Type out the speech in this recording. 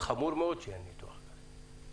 חמור מאוד שאין ניתוח כזה.